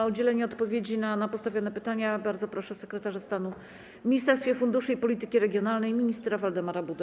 O udzielenie odpowiedzi na postawione pytania bardzo proszę sekretarza stanu w Ministerstwie Funduszy i Polityki Regionalnej pana ministra Waldemara Budę.